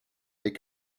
est